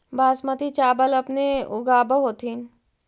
बासमती चाबल अपने ऊगाब होथिं?